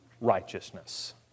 righteousness